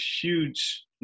huge